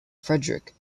frederick